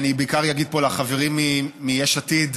אני בעיקר אגיד פה לחברים מיש עתיד,